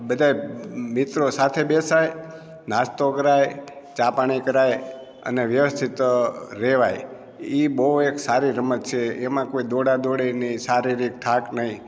બધાય મિત્રો સાથે બેસાય નાસ્તો કરાય ચા પાણી કરાય અને વ્યવસ્થિત રહેવાય એ બહુ એક સારી રમત છે એમાં કોઈ દોડા દોડી નહીં શારીરિક થાક નહીં